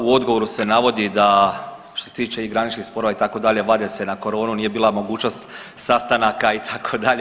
U odgovoru se navodi da što se tiče i graničnih sporova itd. vade se na koronu, nije bila mogućnost sastanaka itd.